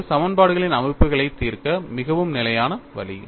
இது சமன்பாடுகளின் அமைப்புகளைத் தீர்க்க மிகவும் நிலையான வழி